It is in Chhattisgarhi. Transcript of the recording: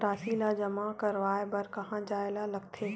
राशि ला जमा करवाय बर कहां जाए ला लगथे